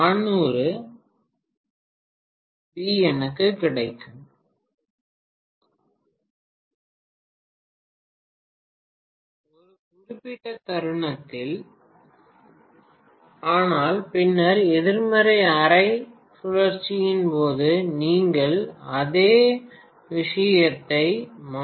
மாணவர் 4446 பேராசிரியர் ஒரு குறிப்பிட்ட தருணத்தில் ஆனால் பின்னர் எதிர்மறை அரை சுழற்சியின் போது நீங்கள் அதே விஷயத்தை மாற்றியமைப்பீர்கள்